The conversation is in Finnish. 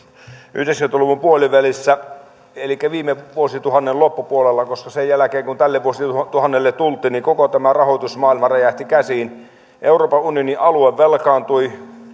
yhdeksänkymmentä luvun puolivälissä elikkä viime vuosituhannen loppupuolella koska sen jälkeen kun tälle vuosituhannelle tultiin niin koko tämä rahoitusmaailma räjähti käsiin euroopan unionin alue velkaantui